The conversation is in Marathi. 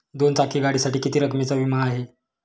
दोन चाकी गाडीसाठी किती रकमेचा विमा आहे?